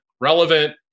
Relevant